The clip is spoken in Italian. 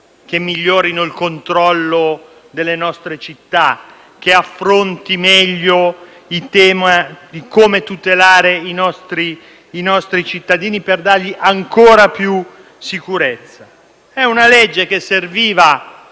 che migliorino il controllo delle nostre città o che affronti meglio il tema di come tutelare i nostri cittadini per dare loro ancora più sicurezza. Si tratta di una legge che serviva